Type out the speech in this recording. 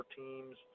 teams